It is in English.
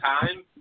time